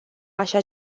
așa